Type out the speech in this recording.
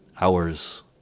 hours